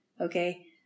Okay